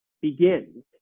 begins